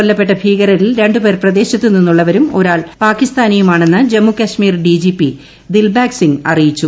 കൊല്ലപ്പെട്ട ഭീകരരിൽ ര ് പേർ പ്രദേശത്ത് നിന്നുള്ളവരും ഒരാൾ പാകിസ്ഥാനിയുമാണെന്ന് ജമ്മുകാശ്മീർ ഡിജിപി ദിൽബാഗ് സിംഗ് അറിയിച്ചു